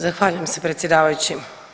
Zahvaljujem se predsjedavajući.